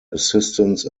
assistance